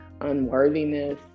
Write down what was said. unworthiness